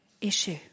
issue